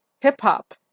hip-hop